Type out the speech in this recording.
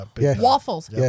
Waffles